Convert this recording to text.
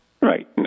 Right